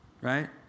Right